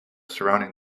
surrounding